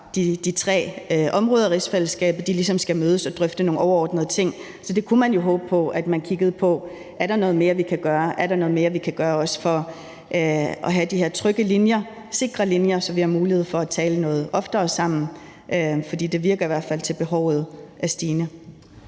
de tre områder i rigsfællesskabet skal mødes og drøfte nogle overordnede ting. Så man kunne jo håbe på, at man kiggede på, om der er noget mere, vi kan gøre. Er der noget mere, vi kan gøre, også for at have de her sikre linjer, så vi har mulighed for at tale noget oftere sammen? For det virker i hvert fald, som om behovet er stigende.